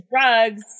drugs